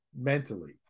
mentally